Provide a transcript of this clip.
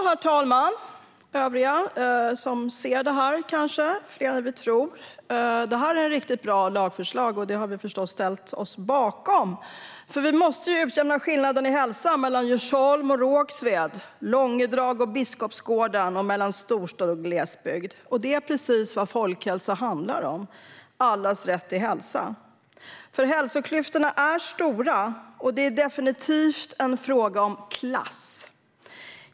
Herr talman och övriga som ser detta - fler än vi tror! Detta är ett riktigt bra lagförslag, och vi har förstås ställt oss bakom det. Vi måste utjämna skillnaden i hälsa mellan Djursholm och Rågsved, mellan Långedrag och Biskopsgården och mellan storstad och glesbygd. Det är precis vad folkhälsa handlar om - allas rätt till hälsa. Hälsoklyftorna är stora, och det är definitivt en fråga om klass.